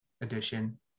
edition